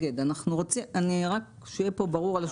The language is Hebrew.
רק שיהיה ברור על השולחן,